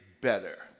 better